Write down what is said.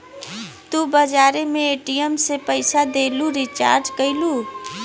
तू बजारे मे ए.टी.एम से पइसा देलू, रीचार्ज कइलू